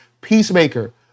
Peacemaker